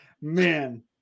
man